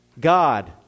God